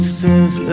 says